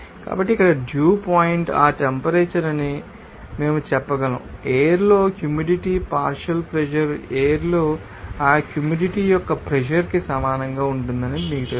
కాబట్టి ఇక్కడ dew point ఆ టెంపరేచర్ అని మేము చెప్పగలం ఎయిర్ లో హ్యూమిడిటీ పార్షియల్ ప్రెషర్ ఎయిర్ లో ఆ హ్యూమిడిటీ యొక్క ప్రెషర్ కి సమానంగా ఉంటుందని మీకు తెలుసు